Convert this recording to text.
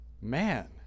Man